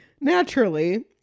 naturally